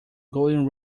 golden